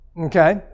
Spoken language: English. okay